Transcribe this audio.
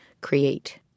create